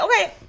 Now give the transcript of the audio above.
Okay